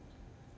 mm